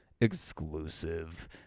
exclusive